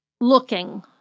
looking